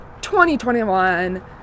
2021